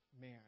man